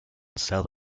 south